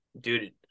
dude